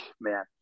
man